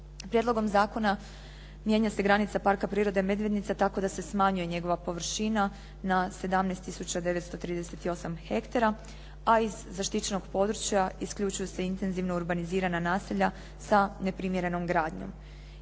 Prijedlogom zakona mijenja se granica Parka prirode "Medvednica" tako da se smanjuje njegova površina na 17 tisuća 938 hektara, a iz zaštićenog područja isključuju se intenzivno urbanizirana naselja sa neprimjerenom gradnjom.